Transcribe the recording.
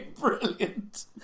brilliant